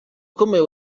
ukomeye